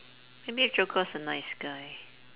maybe if joker was a nice guy